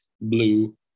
blue